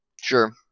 Sure